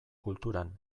kulturan